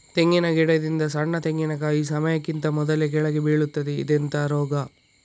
ತೆಂಗಿನ ಗಿಡದಿಂದ ಸಣ್ಣ ತೆಂಗಿನಕಾಯಿ ಸಮಯಕ್ಕಿಂತ ಮೊದಲೇ ಕೆಳಗೆ ಬೀಳುತ್ತದೆ ಇದೆಂತ ರೋಗ?